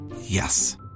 Yes